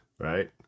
right